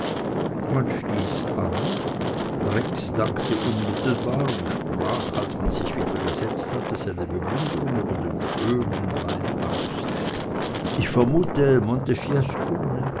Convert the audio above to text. man stieß an rex dankte unmittelbar und sprach als man sich wieder gesetzt hatte seine bewunderung über den schönen wein aus ich vermute